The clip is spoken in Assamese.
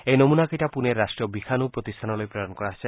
এই নমুনাকেইটা পুণেৰ ৰাষ্ট্ৰীয় বীষাণু প্ৰতিষ্ঠানলৈ প্ৰেৰণ কৰা হৈছে